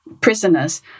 prisoners